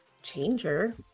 changer